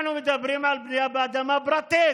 אנחנו מדברים על בנייה באדמה פרטית